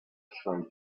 throw